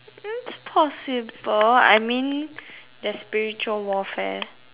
it's possible I mean there's spiritual warfare